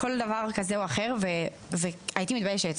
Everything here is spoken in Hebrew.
מלחץ, והייתי מתביישת.